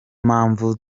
mpamvu